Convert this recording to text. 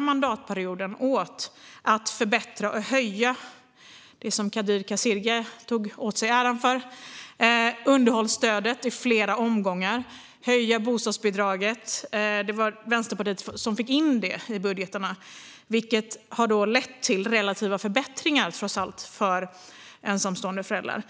mandatperioden ägnade sig åt att höja underhållsstödet i flera omgångar och höja bostadsbidraget. Kadir Kasirga tog åt sig äran för det, men det var Vänsterpartiet som fick in det i budgetarna. Detta har trots allt lett till relativa förbättringar för ensamstående föräldrar.